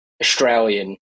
Australian